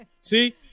See